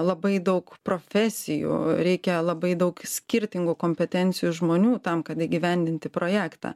labai daug profesijų reikia labai daug skirtingų kompetencijų žmonių tam kad įgyvendinti projektą